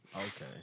Okay